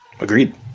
Agreed